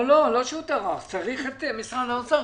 לא שהוא טרח אלא צריך לשמוע את משרד האוצר,